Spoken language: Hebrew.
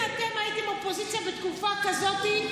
אם אתם הייתם אופוזיציה בתקופה כזאת,